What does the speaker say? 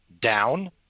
down